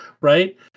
right